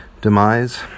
demise